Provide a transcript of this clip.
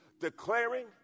declaring